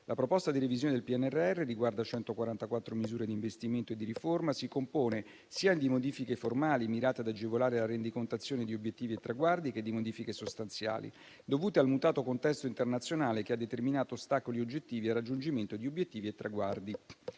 La proposta di revisione del PNRR riguarda 144 misure di investimento e di riforma; si compone sia di modifiche formali, mirate ad agevolare la rendicontazione di obiettivi e traguardi, che di modifiche sostanziali, dovute al mutato contesto internazionale, che ha determinato ostacoli oggettivi al raggiungimento di obiettivi e traguardi.